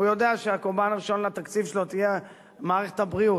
הוא יודע שהקורבן הראשון לתקציב שלו יהיה מערכת הבריאות,